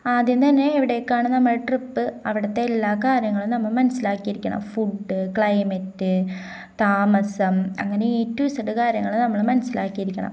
ആദ്യം തന്നെ എവിടേക്കാണു നമ്മള് ട്രിപ്പ് അവിടത്തെ എല്ലാ കാര്യങ്ങളും നമ്മള് മനസ്സിലാക്കിയിരിക്കണം ഫുഡ് ക്ലൈമറ്റ് താമസം അങ്ങനെ എ റ്റു ഇസെഡ് കാര്യങ്ങള് നമ്മള് മനസ്സിലാക്കിയിരിക്കണം